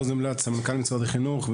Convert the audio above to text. סמנכ"ל משרד החינוך,